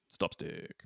stopstick